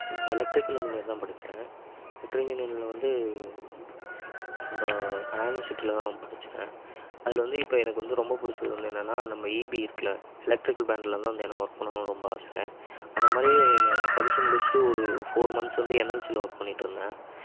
நான் electrical engineer தான் படித்தேன் எலக்ட்ரிக் இன்ஜினியரிங்கில் வந்து நம்ம அண்ணா யூனிவர்சிட்டியில்தான் படித்தேன் அதில் வந்து இப்போ எனக்கு வந்து ரொம்ப பிடிச்சது வந்து என்னென்னா நம்ம ஈபி இருக்கில்ல எலெக்ட்ரிக்கல் பிளாண்ட்டில்தான் வந்து எனக்கு ஒர்க் பண்ணனும்னு ரொம்ப ஆசை அதே மாதிரி எனக்கு படிச்சு முடிச்சிட்டு ஒரு ஃபோர் மன்த்ஸ் வந்து என்எல்சியில் ஒர்க் பண்ணிட்டு இருந்தேன்